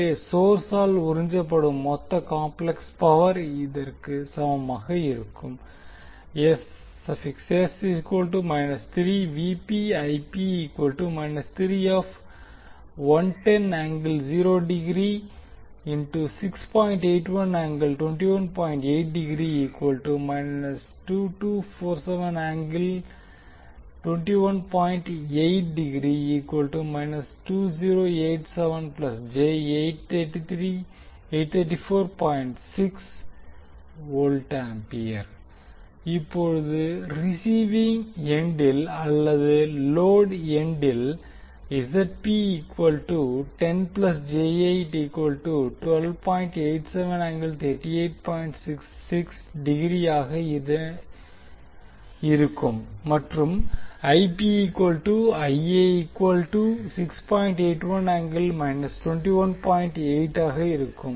எனவே சோர்ஸால் உறிஞ்சப்படும் மொத்த காம்ப்ளெக்ஸ் பவர் இதற்கு சமமாக இருக்கும் இப்போது ரிஸீவிங் எண்டில் அல்லது லோடு எண்டில் ஆக இருக்கும் மற்றும் ஆக இருக்கும்